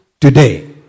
today